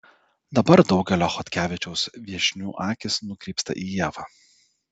dabar daugelio chodkevičiaus viešnių akys nukrypsta į ievą